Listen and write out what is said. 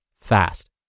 fast